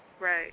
Right